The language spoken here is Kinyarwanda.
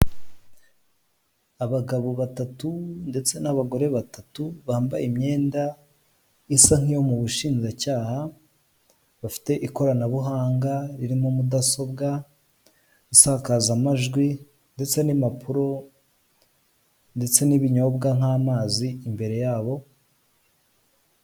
Abagabo batatu ndetse n'abagore batatu bambaye imyenda isa nk'iyo mu bushinjacyaha, bafite ikoranabuhanga ririmo mudasobwa, insakazamajwi ndetse n'impapuro, ndetse n'ibinyobwa nk'amazi imbere yabo.